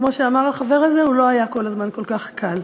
וכמו שאמר החבר הזה, הוא לא היה כל הזמן כל כך קל.